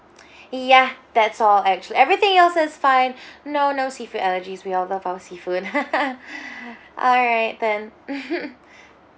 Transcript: ya that's all actually everything else is fine no no seafood allergies we all love our seafood alright then